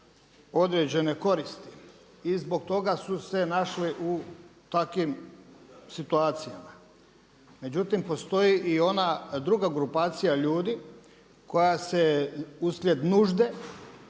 određene koristi. I zbog toga su se našli u takvim situacijama. Međutim, postoji i ona druga grupacija ljudi koja se uslijed nužde